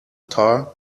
tower